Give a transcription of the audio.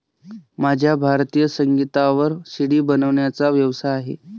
माझा भारतीय संगीतावर सी.डी बनवण्याचा व्यवसाय आहे